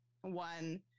one